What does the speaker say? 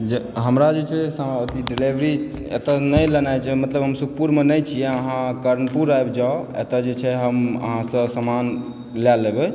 हमरा जे छै से ड्राइवरी एतए नहि लेनाइ छै मतलब हम सुखपुरमे नहि छी अहाँ कर्णपुर आबि जाउ एतय जे छै से हम अहाँसँ समान लए लेबय